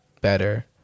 better